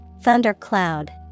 Thundercloud